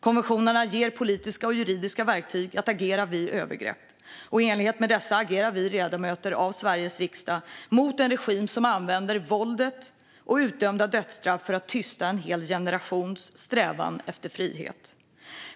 Konventionerna ger politiska och juridiska verktyg för att agera vid övergrepp, och i enlighet med dessa agerar vi ledamöter av Sveriges riksdag mot en regim som använder våld och dödsstraff för att tysta en hel generations strävan efter frihet.